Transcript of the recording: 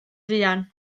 fuan